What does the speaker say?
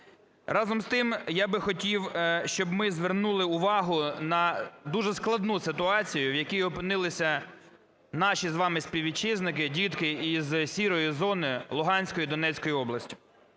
Разом з тим я би хотів, щоб ми звернули увагу на дуже складну ситуацію, в якій опинилися наші з вами співвітчизники – дітки із "сірої зони" Луганської, Донецької області.